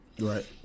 Right